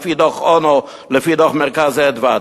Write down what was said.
לפי דוח-אונו ולפי דוח "מרכז אדוה"?